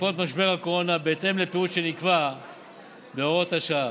בעקבות משבר הקורונה בהתאם לפירוט שנקבע בהוראות השעה.